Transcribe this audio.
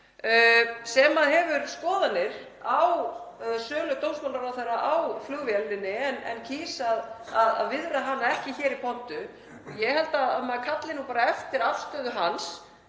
Hann hefur skoðanir á sölu dómsmálaráðherra á flugvélinni en kýs að viðra þær ekki hér í pontu. Ég held að maður kalli eftir afstöðu hans,